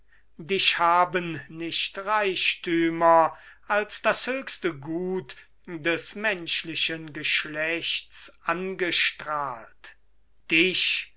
dich haben nicht reichthümer als das höchste gut des menschlichen geschlechts angestrahlt dich